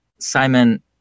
Simon